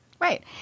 right